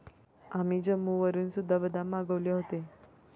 आम्ही जम्मूवरून सुद्धा बदाम मागवले होते